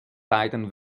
beiden